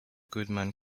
goodman